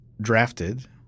drafted